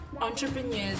entrepreneurs